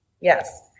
Yes